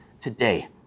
today